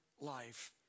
life